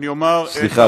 אני מסיים.